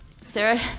Sarah